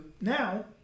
Now